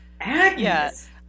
Agnes